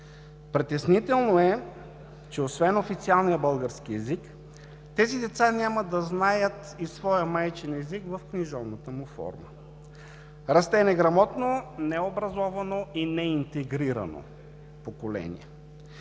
Притеснително е, че освен официалния български език, тези деца няма да знаят и своя майчин език в книжовната му форма. Расте неграмотно, необразовано и неинтегрирано поколение.